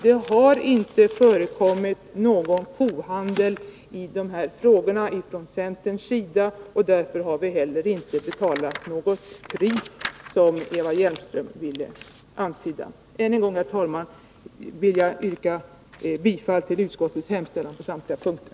Det har inte förekommit någon kohandel i de här frågorna från centerns sida, och därför har vi inte heller betalat något pris, som Eva Hjelmström ville antyda. Än en gång, herr talman, vill jag yrka bifall till utskottets hemställan på samtliga punkter.